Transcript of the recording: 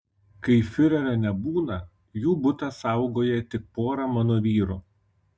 kai fiurerio nebūna jų butą saugoja tik pora mano vyrų